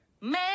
man